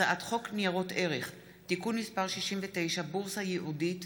הצעת חוק ניירות ערך (תיקון מס' 69) (בורסה ייעודית),